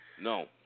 No